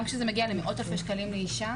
גם כשזה מגיע למאות אלפי שקלים לאישה,